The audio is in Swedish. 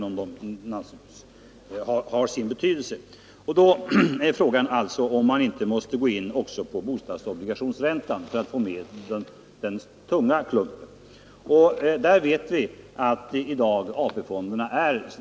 Frågan är därför om man inte också måste gå in på bostadsobligationsräntan, då får man med den tunga klumpen. AP-fonderna är i dag är köpare av bostadsobligationer.